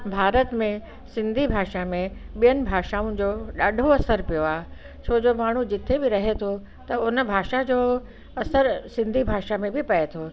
भारत में सिंधी भाषा में ॿियनि भाषाउनि जो ॾाढो असर पयो आहे छोजो माण्हू जिते बि रहे थो त हुन भाषा जो असर सिंधी भाषा में बि पये थो